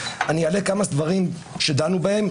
אני אעלה כמה דברים שדנו בהם,